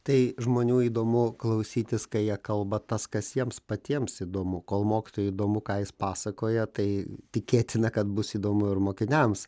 tai žmonių įdomu klausytis kai jie kalba tas kas jiems patiems įdomu kol mokytojui įdomu ką jis pasakoja tai tikėtina kad bus įdomu ir mokiniams